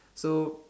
so